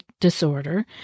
disorder